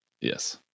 Yes